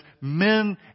men